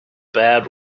bad